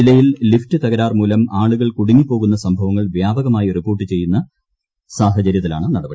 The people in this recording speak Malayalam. ജില്ലയിൽ ലിഫ്റ്റ് തകരാർ മൂലം ആളുകൾ കുടുങ്ങിപ്പോകുന്ന സംഭവങ്ങൾ വ്യാപകമായി വിപ്പോർട്ട് ചെയ്യുന്ന സാഹചര്യത്തിലാണ് നടപടി